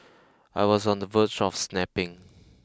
I was on the verge of snapping